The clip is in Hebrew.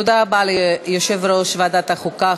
תודה רבה ליושב-ראש ועדת החוקה,